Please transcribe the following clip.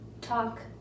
talk